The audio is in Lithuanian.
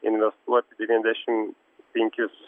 investuoti devyniasdešim penkis